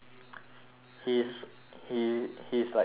he's he he's like the new me